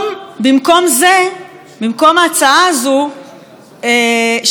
במקום ההצעה הזאת שהמינוי יגיע מוועדה בלתי תלויה,